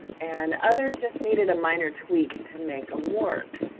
and others just needed a minor tweak to make em work.